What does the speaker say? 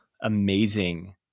amazing